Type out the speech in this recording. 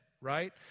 right